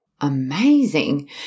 amazing